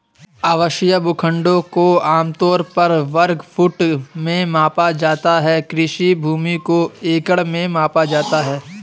आवासीय भूखंडों को आम तौर पर वर्ग फुट में मापा जाता है, कृषि भूमि को एकड़ में मापा जाता है